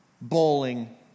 bowling